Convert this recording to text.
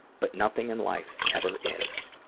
but nothing in life ever is.